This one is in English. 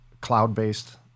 cloud-based